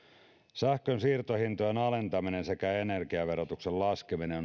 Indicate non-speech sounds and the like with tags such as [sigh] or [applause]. sähkön siirtohintojen alentaminen sekä energiaverotuksen laskeminen [unintelligible]